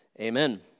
amen